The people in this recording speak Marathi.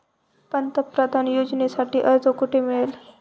पंतप्रधान योजनेसाठी अर्ज कुठे मिळेल?